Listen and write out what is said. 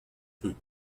peu